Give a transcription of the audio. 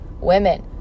women